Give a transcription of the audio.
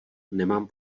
nemám